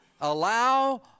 allow